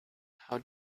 how